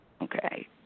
Okay